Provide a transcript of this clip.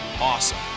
awesome